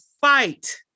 fight